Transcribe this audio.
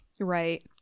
right